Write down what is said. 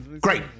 Great